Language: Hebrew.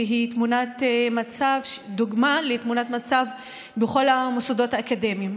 וזו דוגמה לתמונת מצב בכל המוסדות האקדמיים.